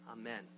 Amen